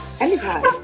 anytime